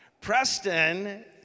Preston